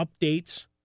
updates